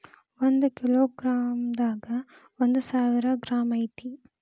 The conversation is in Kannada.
ಒಂದ ಕಿಲೋ ಗ್ರಾಂ ದಾಗ ಒಂದ ಸಾವಿರ ಗ್ರಾಂ ಐತಿ